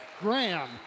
Graham